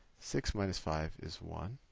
six minus five is one.